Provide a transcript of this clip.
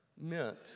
meant